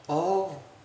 oh